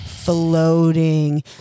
floating